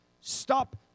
Stop